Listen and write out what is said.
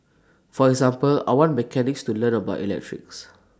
for example I want mechanics to learn about electrics